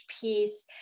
piece